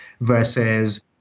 versus